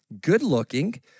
good-looking